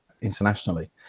internationally